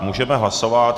Můžeme hlasovat.